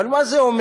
אבל מה אומרת